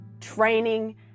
Training